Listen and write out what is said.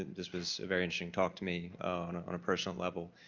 this was a very interesting talk to me personal level.